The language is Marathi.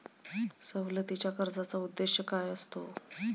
सवलतीच्या कर्जाचा उद्देश काय असतो?